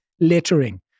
littering